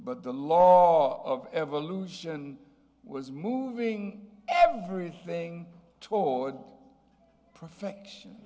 but the law of evolution was moving everything toward perfection